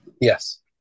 Yes